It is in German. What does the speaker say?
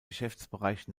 geschäftsbereich